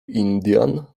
indian